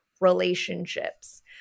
relationships